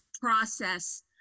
process